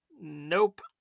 Nope